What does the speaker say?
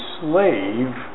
slave